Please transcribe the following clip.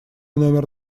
номер